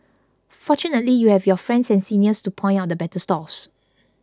fortunately you have your friends and seniors to point out the better stalls